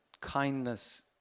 kindness